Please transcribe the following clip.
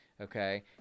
okay